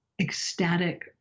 ecstatic